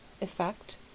Effect